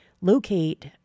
locate